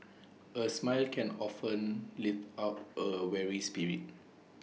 A smile can often lift up A weary spirit